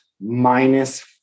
Minus